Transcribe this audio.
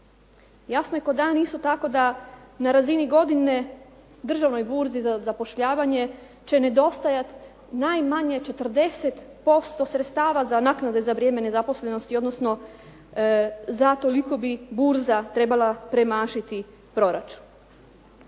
Jasno je ko dan isto tako da na razini godine Državnoj burzi za zapošljavanje će nedostajati najmanje 40% sredstava za naknade za vrijeme nezaposlenosti, odnosno za toliko bi burza trebala premašiti proračun.